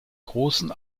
großen